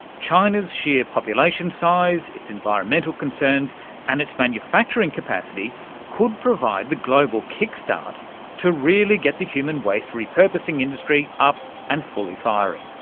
china's sheer population size, its environmental concerns and its manufacturing capacity could provide the global kickstart to really get the human waste reprocessing industry up and fully firing.